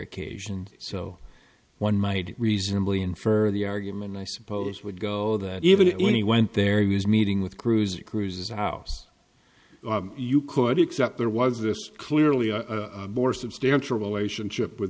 occasion so one might reasonably infer the argument i suppose would go that even when he went there you his meeting with cruising cruises house you could accept there was this clearly a more substantial relationship with